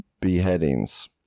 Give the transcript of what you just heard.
beheadings